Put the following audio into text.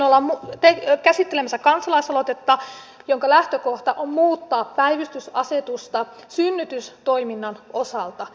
nythän ollaan käsittelemässä kansalaisaloitetta jonka lähtökohta on muuttaa päivystysasetusta synnytystoiminnan osalta